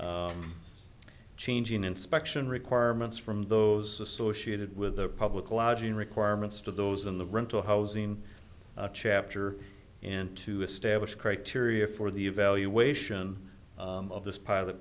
changing inspection requirements from those associated with the public lodging requirements to those in the rental housing chapter and to establish criteria for the evaluation of this p